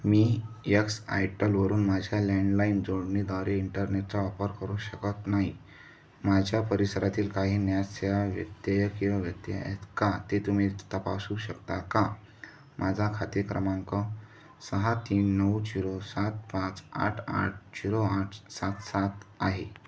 मी यक्सआयटलवरून माझ्या लँडलाईन जोडणीद्वारे इंटरनेटचा वापर करू शकत नाही माझ्या परिसरातील काही न्या सेवा व्यत्यय किंवा व्यत्यय आहेत का ते तुम्ही तपासू शकता का माझा खाते क्रमांक सहा तीन नऊ झिरो सात पाच आठ आठ झिरो आठ सात सात आहे